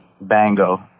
bango